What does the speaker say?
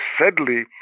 Sadly